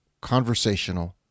conversational